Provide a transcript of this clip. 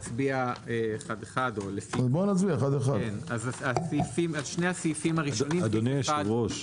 אז שני הסעיפים הראשונים- -- אדוני היושב-ראש,